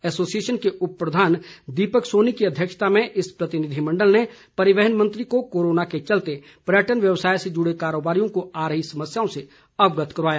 association के उप प्रधान दीपक सोनी की अध्यक्षता में इस प्रतिनिधिमंडल ने परिवहन मंत्री को कोरोना के चलते पर्यटन व्यवसाय से जुड़े कारोबारियों को आ रही समस्याओं से अवगत करवाया